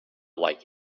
like